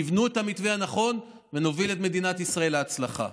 תבנו את המתווה הנכון ונוביל את מדינת ישראל להצלחה.